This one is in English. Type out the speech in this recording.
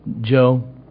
Joe